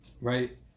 right